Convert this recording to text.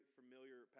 familiar